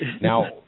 Now